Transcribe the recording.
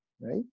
right